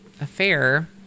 affair